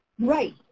Right